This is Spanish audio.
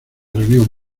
reunión